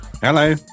hello